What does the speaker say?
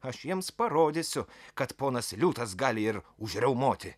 aš jiems parodysiu kad ponas liūtas gali ir užriaumoti